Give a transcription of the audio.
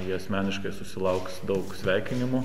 jie asmeniškai susilauks daug sveikinimų